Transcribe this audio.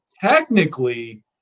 technically